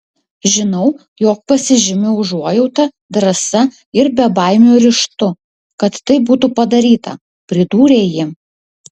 žinau jog pasižymiu užuojauta drąsa ir bebaimiu ryžtu kad tai būtų padaryta pridūrė ji